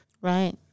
Right